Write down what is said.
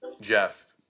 Jeff